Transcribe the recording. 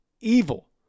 evil